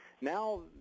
now